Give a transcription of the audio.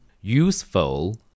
Useful